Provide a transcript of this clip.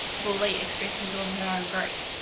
verbally express his or her own grief.